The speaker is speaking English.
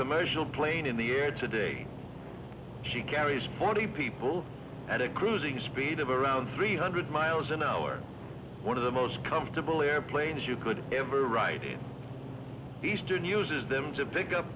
commercial plane in the air today she carries forty people at a cruising speed of around three hundred miles an hour one of the most comfortable airplanes you could ever write eastern uses them to pick up